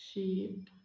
शेट